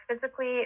physically